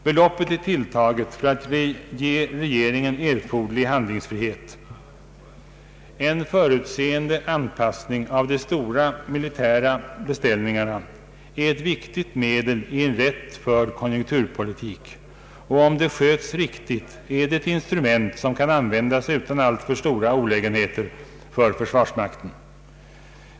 Beloppet är tilltaget för att ge regeringen erforderlig handlingsfrihet. En förutseende anpassning av de stora militära beställningarna är ett viktigt medel i en rätt förd konjunkturpolitik, och om det sköts riktigt är det ett instrument som kan användas utan alltför stora olägenheter för försvarsmakten.